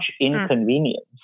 inconvenience